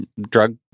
drug